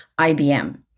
IBM